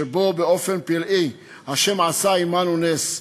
שבו באופן פלאי ה' עשה עמנו נס,